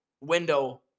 window